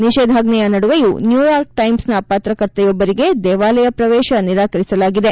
ನಿಷೇಧಾಜ್ಞೆಯ ನಡುವೆಯೂ ನ್ಯೂಯಾರ್ಕ್ ಟೈಮ್ಸ್ನ ಪತ್ರಕರ್ತೆಯೊಬ್ಬರಿಗೆ ದೇವಾಲಯ ಪ್ರವೇಶ ನಿರಾಕರಿಸಲಾಗಿದೆ